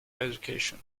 education